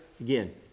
Again